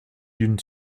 d’une